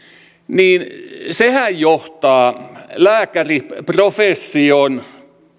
niin sehän johtaa lääkäriprofession